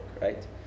right